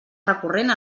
recurrent